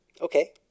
Okay